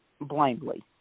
blindly